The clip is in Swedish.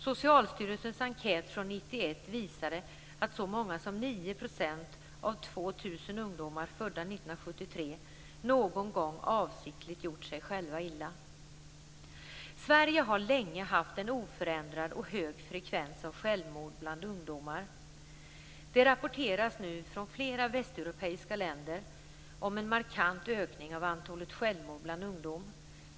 Socialstyrelsens enkät från 1991 visade att så många som 9 % av 2 000 ungdomar födda 1973 någon gång avsiktligt gjort sig själva illa. Sverige har länge haft en oförändrad och hög frekvens av självmord bland ungdomar. Det rapporteras nu från flera västeuropeiska länder om en markant ökning av antalet självmord bland ungdom.